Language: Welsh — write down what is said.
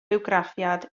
bywgraffiad